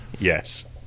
Yes